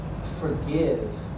forgive